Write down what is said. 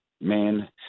Man